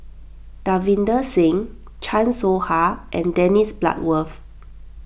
Davinder Singh Chan Soh Ha and Dennis Bloodworth